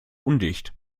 undicht